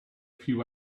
few